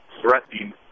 threatening